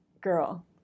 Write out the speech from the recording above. girl